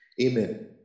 Amen